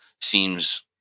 seems